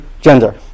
gender